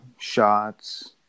Shots